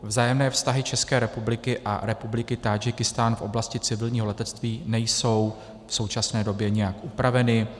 Vzájemné vztahy České republiky a Republiky Tádžikistán v oblasti civilního letectví nejsou v současné době nijak upraveny.